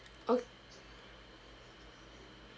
ok